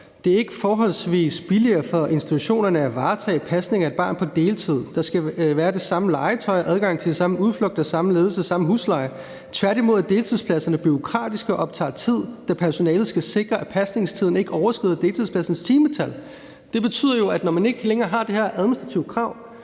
Det er ikke forholdsvis billigere for institutionerne at varetage pasning af et barn på deltid. Der skal være det samme legetøj, adgang til de samme udflugter, samme ledelse, samme husleje. Tværtimod er deltidspladserne bureaukratiske og optager tid, da personalet skal sikre, at pasningstiden ikke overskrider deltidspladsens timetal. Det betyder jo, at når man ikke længere har det her administrative krav,